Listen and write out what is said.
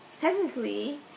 technically